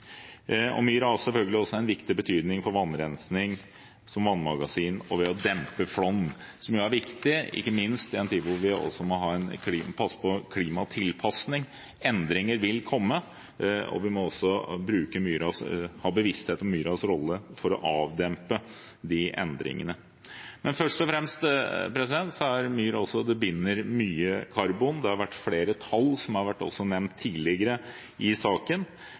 naturtyper myr i Norge, og hele 11 av disse myrnaturtypene står på rødlista. Myr har selvfølgelig også en viktig betydning for vannrensning som vannmagasin og ved å dempe flom, som jo er viktig, ikke minst i en tid hvor vi også må passe på klimatilpasning. Endringer vil komme, og vi må også ha bevissthet om myras rolle for å avdempe de endringene. Men først og fremst binder myr mye karbon. Flere tall har vært nevnt tidligere i saken.